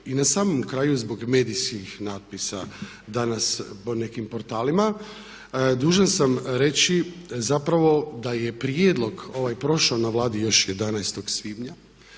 I na samom kraju zbog medijskih natpisa danas po nekim portalima dužan sam reći zapravo, da je prijedlog ovaj prošao na Vladi još 11. svibnja,